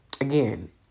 again